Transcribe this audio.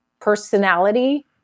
personality